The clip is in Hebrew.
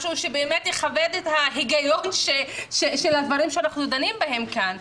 משהו שבאמת יכבד את ההיגיון של הדברים שאנחנו דנים בהם כאן.